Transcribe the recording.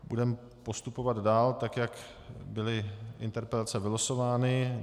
Budeme postupovat dál, tak jak byly interpelace vylosovány.